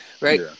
right